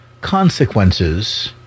consequences